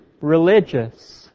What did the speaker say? religious